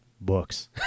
books